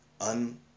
un